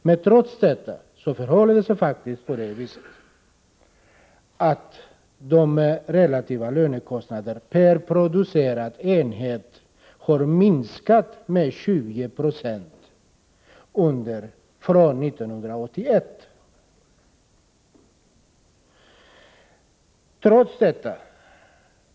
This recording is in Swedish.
Men det förhåller sig faktiskt så att de relativa kostnaderna per producerad enhet har minskat med 20 96 från 1981.